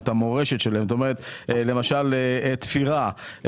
למשל תפירה,